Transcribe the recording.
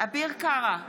אביר קארה,